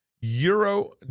euro